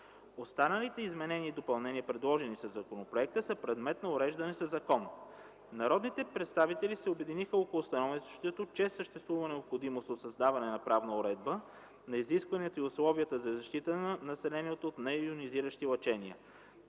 Останалите изменения и допълнения, предложени със законопроекта, са предмет на уреждане със закон. Народните представители се обединиха около становището, че съществува необходимост от създаване на правна уредба на изискванията и условията за защита на населението от нейонизиращи лъчения.